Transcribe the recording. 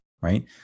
right